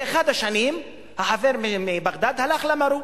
באחת השנים החבר מבגדד הלך למרו.